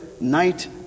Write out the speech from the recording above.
night